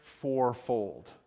fourfold